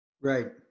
Right